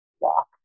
walk